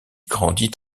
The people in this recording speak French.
grandit